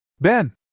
Ben